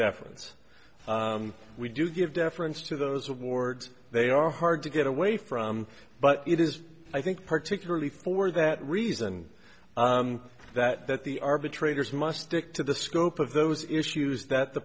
deference we do give deference to those awards they are hard to get away from but it is i think particularly for that reason that that the arbitrators must stick to the scope of those issues that the